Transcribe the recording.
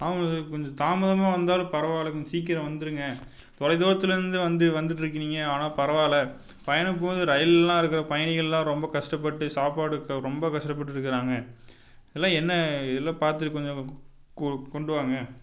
கொஞ்சம் தாமதமாக வந்தாலும் பரவாயில்லங்க சீக்கிரம் வந்துடுங்க தொலைதூரத்துலேருந்து வந்து வந்துட்டிருக்குறீங்க ஆனால் பரவாயில்ல பயணம்போது ரயில்லெலாம் இருக்கிற பயணிகளெலாம் ரொம்ப கஷ்டப்பட்டு சாப்பாடுக்கு ரொம்ப கஷ்டப்பட்டிருக்குறாங்க எல்லாம் என்ன இதில் பார்த்து கொஞ்சம் கொ கொண்டு வாங்க